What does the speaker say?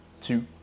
two